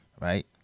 Right